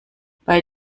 bei